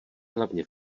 hlavně